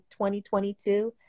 2022